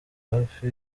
hafi